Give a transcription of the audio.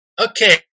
Okay